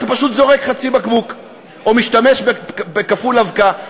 אתה פשוט זורק חצי בקבוק או משתמש בכפול אבקה.